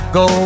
go